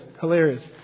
Hilarious